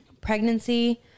pregnancy